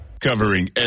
Covering